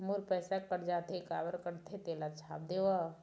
मोर पैसा कट जाथे काबर कटथे तेला छाप देव?